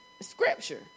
scripture